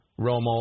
Romo